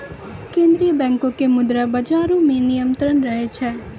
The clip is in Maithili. केन्द्रीय बैंको के मुद्रा बजारो मे नियंत्रण रहै छै